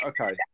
okay